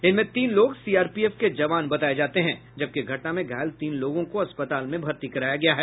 इसमें तीन लोग सीआरपीएफ के जवान बताये जाते हैं जबकि घटना में घायल तीन लोगों को अस्पताल में भर्ती कराया गया है